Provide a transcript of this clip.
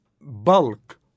bulk